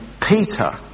Peter